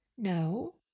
No